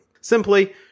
Simply